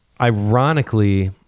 Ironically